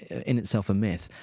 in itself a myth.